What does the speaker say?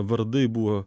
vardai buvo